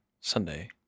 Sunday